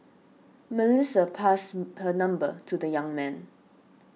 Melissa passed her number to the young man